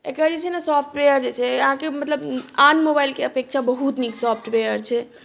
एकर जे छै ने सॉफ्टवेयर जे छै अहाँकेँ मतलब आन मोबाइलके अपेक्षा बहुत नीक सॉफ्टवेयर छै